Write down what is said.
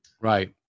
Right